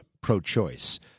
pro-choice